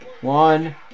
One